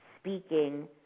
speaking